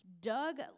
Doug